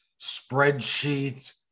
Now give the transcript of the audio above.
spreadsheets